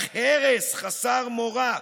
אך הרס חסר מורא,